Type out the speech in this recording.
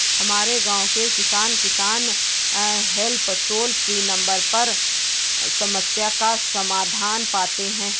हमारे गांव के किसान, किसान हेल्प टोल फ्री नंबर पर समस्या का समाधान पाते हैं